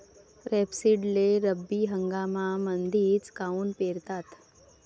रेपसीडले रब्बी हंगामामंदीच काऊन पेरतात?